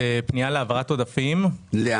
העברת עודפים בסך 21.7 מיליון ₪.